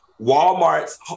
Walmart's